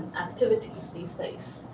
activities these days.